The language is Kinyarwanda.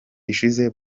ishize